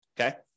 Okay